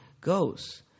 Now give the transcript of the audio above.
goes